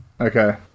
Okay